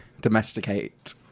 domesticate